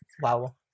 wow